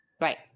Right